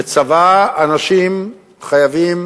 בצבא, אנשים חייבים